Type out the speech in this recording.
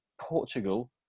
Portugal